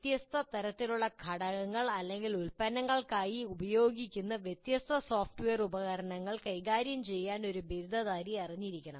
വ്യത്യസ്ത തരത്തിലുള്ള ഘടകങ്ങൾ അല്ലെങ്കിൽ ഉൽപ്പന്നങ്ങൾക്കായി ഉപയോഗിക്കുന്ന വ്യത്യസ്ത സോഫ്റ്റ്വെയർ ഉപകരണങ്ങൾ കൈകാര്യം ചെയ്യാൻ ഒരു ബിരുദധാരി അറിഞ്ഞിരിക്കണം